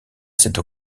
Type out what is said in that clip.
cette